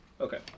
Okay